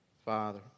Father